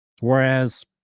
Whereas